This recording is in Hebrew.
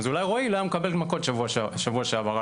אז אולי רועי לא היה מקבל מכות שבוע שעבר.